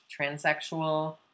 transsexual